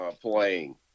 playing